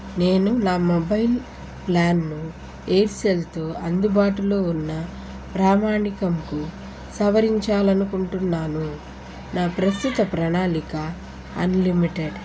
నేను నా మొబైల్ ప్లాన్ను ఎయిర్సెల్తో అందుబాటులో ఉన్న ప్రామాణికంకు సవరించాలి అనుకుంటున్నాను నా ప్రస్తుత ప్రణాళిక అన్లిమిటెడ్